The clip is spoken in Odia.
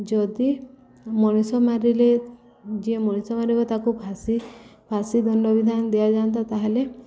ଯଦି ମଣିଷ ମାରିଲେ ଯିଏ ମଣିଷ ମାରିବ ତାକୁ ଫାସି ଫାସି ଦଣ୍ଡ ବିିଧାନ ଦିଆଯାଆନ୍ତା ତାହେଲେ